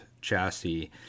chassis